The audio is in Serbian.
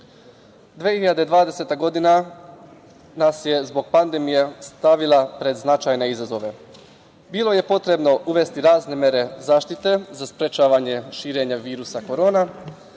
2020. nas je zbog pandemije stavila pred značajne izazove. Bilo je potrebno uvesti razne mere zaštite za sprečavanje širenja virusa korona,